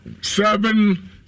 seven